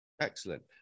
Excellent